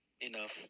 enough